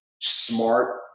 smart